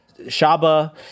Shaba